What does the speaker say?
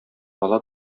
ала